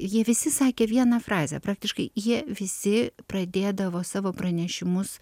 jie visi sakė vieną frazę praktiškai jie visi pradėdavo savo pranešimus